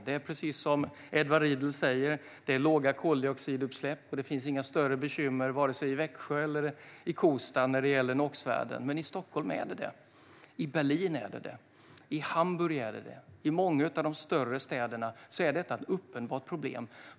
Det är precis som Edward Riedl säger låga koldioxidutsläpp, och det finns inga större bekymmer vare sig i Växjö eller Kosta när det gäller NOx-värden. Men i Stockholm är det det, i Berlin är det det och i Hamburg är det det. I många av de större städerna är detta ett uppenbart problem.